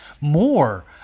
more